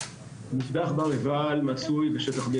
המזבח בהר עיבל מצוי בשטח B,